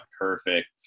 perfect